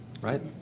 right